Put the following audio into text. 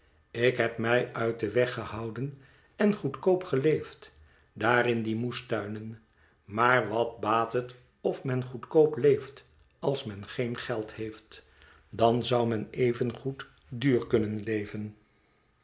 ik heb mij uit den weg gehouden en goedkoop geleefd daar in die moestuinen maar wat baat het of men goedkoop leeft als men geen geld heeft dan zou men evengoed duur kunnen leven